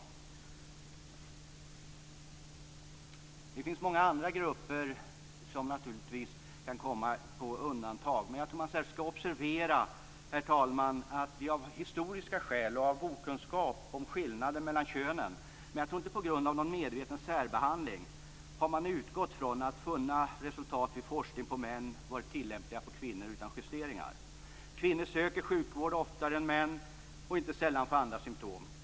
Det finns naturligtvis många andra grupper som kan komma på undantag, men jag tror att man särskilt skall observera att vi av historiska skäl och av okunskap om skillnader mellan könen, men inte på grund av någon medveten särbehandling, har utgått från att resultat som man funnit vid forskning på män varit tillämpliga på kvinnor utan justeringarna. Kvinnor söker sjukvård oftare än män och inte sällan för andra symtom.